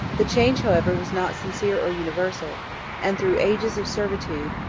the change, however, was not sincere or universal and, through ages of servitude,